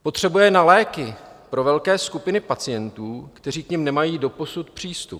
Potřebuje na léky pro velké skupiny pacientů, kteří k nim nemají doposud přístup.